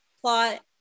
plot